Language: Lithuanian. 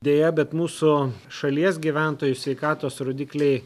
deja bet mūsų šalies gyventojų sveikatos rodikliai